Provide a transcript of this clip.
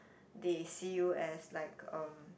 they see you as like um